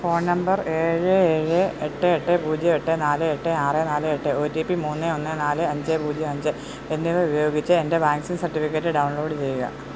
phone number ഏഴ് ഏഴ് എട്ട് എട്ട് പൂജ്യം എട്ട് നാല് എട്ട് ആറ് നാല് എട്ട് ഒ ടി പി മൂന്ന് ഒന്ന് നാല് അഞ്ച് പൂജ്യം അഞ്ച് എന്നിവ ഉപയോഗിച്ച് എൻ്റെ വാക്സിൻ സർട്ടിഫിക്കറ്റ് ഡൗൺ ലോഡ് ചെയ്യുക